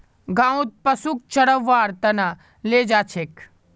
गाँउत पशुक चरव्वार त न ले जा छेक